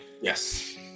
Yes